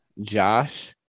Josh